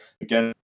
Again